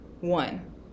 one